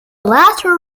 latter